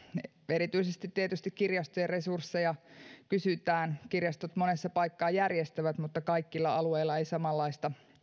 erityisesti tietysti kirjastojen resursseja kysytään kirjastot monessa paikkaa järjestävät näitä mutta kaikilla alueilla ei samanlaista